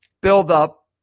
build-up